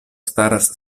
staras